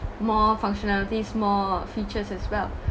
more functionalities more features as well